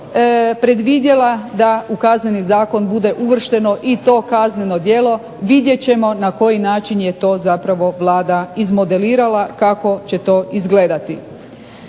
zakona i predvidjela da u Kazneni zakon bude uvršteno i to kazneno djelo. Vidjet ćemo na koji način je to zapravo Vlada izmodelirala kako će to izgledati.